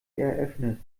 eröffnet